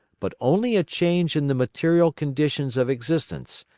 but only a change in the material conditions of existence,